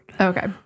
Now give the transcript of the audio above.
Okay